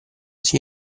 sia